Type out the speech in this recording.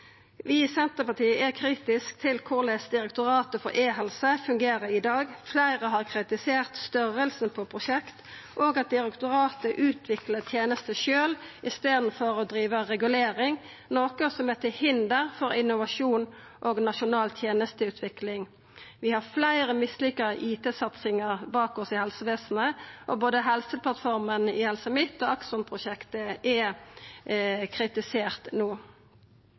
Vi i Senterpartiet er kritiske til korleis Direktoratet for e-helse fungerer i dag. Fleire har kritisert storleiken på prosjekt og at direktoratet utviklar tenester sjølv i staden for å driva regulering, noko som er til hinder for innovasjon og nasjonal tenesteutvikling. Vi har fleire mislykka IT-satsingar bak oss i helsevesenet, og både helseplattforma i Helse Midt og Akson-prosjektet er kritiserte no.